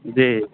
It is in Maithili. जी